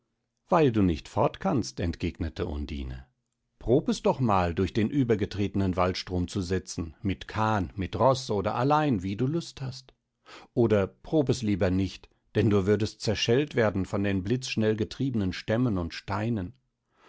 weil du nicht fort kannst entgegnete undine prob es doch mal durch den übergetretnen waldstrom zu setzen mit kahn mit roß oder allein wie du lust hast oder prob es lieber nicht denn du würdest zerschellt werden von den blitzschnell getriebnen stämmen und steinen